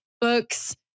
books